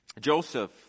Joseph